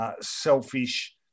selfish